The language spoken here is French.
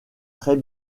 très